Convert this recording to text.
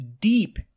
deep